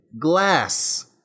glass